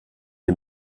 est